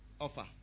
offer